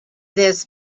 this